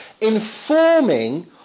informing